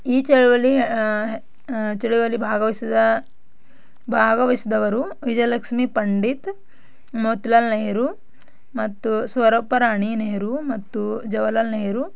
ಈ ಚಳುವಳಿ ಚಳುವಳಿ ಭಾಗವಹಿಸಿದ ಭಾಗವಹಿಸಿದವರು ವಿಜಯಲಕ್ಷ್ಮಿ ಪಂಡಿತ್ ಮೋತಿಲಾಲ್ ನೆಹರು ಮತ್ತು ಸ್ವರೂಪ ರಾಣಿ ನೆಹರು ಮತ್ತು ಜವಹರ್ಲಾಲ್ ನೆಹರು